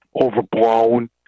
overblown